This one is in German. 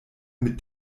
mit